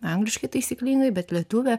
angliškai taisyklingai bet lietuvė